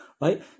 right